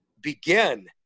begin